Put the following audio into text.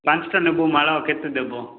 ପାଞ୍ଚଟା ନେବୁ ମାଳା ଆଉ କେତେ ଦେବ